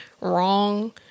wrong